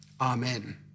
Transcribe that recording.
Amen